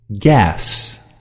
gas